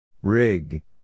Rig